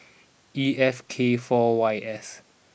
E F K four Y S